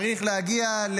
צריך להגיע,